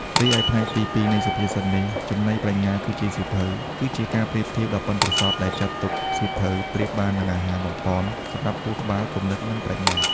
រីឯផ្នែកទីពីរនៃសុភាសិតនេះ ចំណីប្រាជ្ញាគឺជាសៀវភៅ គឺជាការប្រៀបធៀបដ៏ប៉ិនប្រសប់ដែលចាត់ទុក សៀវភៅប្រៀបបាននឹងអាហារបំប៉នសម្រាប់ខួរក្បាល គំនិត និងប្រាជ្ញា។